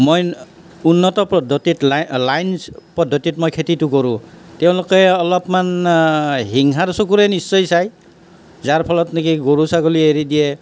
মই উন্নত পদ্ধতিত লাইন লাইন পদ্ধতিত মই খেতিটো কৰোঁ তেওঁলোকে অলপমান হিংসাৰ চকুৰে নিশ্চয় চায় যাৰ ফলত নেকি গৰু ছাগলী এৰি দিয়ে